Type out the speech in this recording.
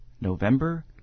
November